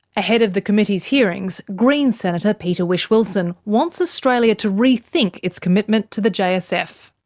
ahead of the committee's hearings, greens senator peter whish-wilson wants australia to rethink its commitment to the jsf.